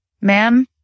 Ma'am